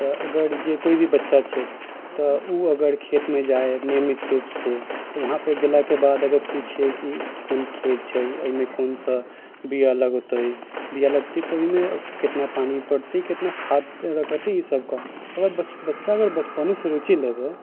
तऽ अगर जे कोइ भी बच्चा छै तऽ ओ अगर खेतमे जाइ नियमित रूपसँ वहाँपर गेलाके बाद अगर पूछै कि कोन खेत छै एहिमे कोन सा बिआ लगतै बिआ लगतै तब ओहिमे कतना पानी पड़तै कतना खाद तरहके तऽ ईसबके अगर बचपन बच्चा अगर बचपनेसँ रुचि लेबे